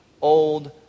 old